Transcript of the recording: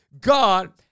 God